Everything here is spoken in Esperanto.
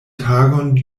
tagon